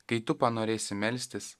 kai tu panorėsi melstis